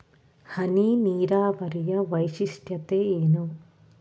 ಹನಿ ನೀರಾವರಿಯ ವೈಶಿಷ್ಟ್ಯತೆ ಏನು?